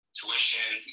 tuition